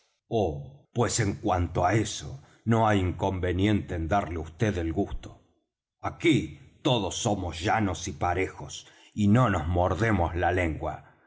oh pues en cuanto á eso no hay inconveniente en darle á vd gusto aquí todos somos llanos y parejos y no nos mordemos la lengua